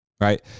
right